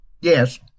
Yes